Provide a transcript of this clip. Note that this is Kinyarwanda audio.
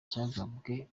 cyagabwe